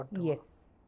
Yes